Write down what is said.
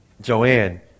Joanne